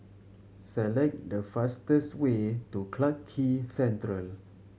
select the fastest way to Clarke Quay Central